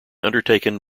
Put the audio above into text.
undertaken